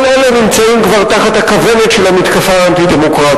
כל אלה נמצאים כבר תחת הכוונת של המתקפה האנטי-דמוקרטית.